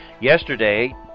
Yesterday